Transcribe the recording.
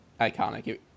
iconic